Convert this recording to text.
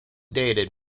dated